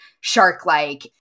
shark-like